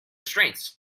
strengths